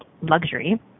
luxury